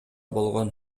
болгон